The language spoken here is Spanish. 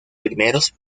primeros